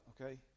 okay